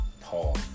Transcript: Paul